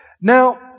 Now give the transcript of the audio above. Now